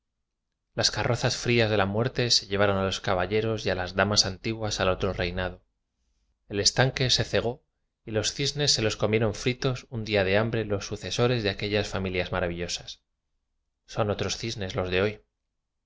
las ca rrozas frías de la muerte se llevaron a los caballaros y a las damas antiguas al otro reinado el estanque se cegó y los cisnes se los comieron fritos un día de hambre los sucesores de aquellas familias maravillosas son otros cisnes los de hoy